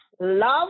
Love